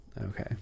Okay